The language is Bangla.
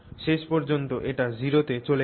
শেষ পর্যন্ত এটি 0 তে চলে আসবে